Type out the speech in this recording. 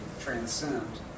transcend